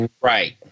Right